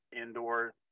indoors